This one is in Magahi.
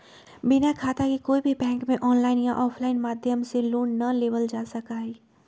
बिना खाता के कोई भी बैंक में आनलाइन या आफलाइन माध्यम से लोन ना लेबल जा सका हई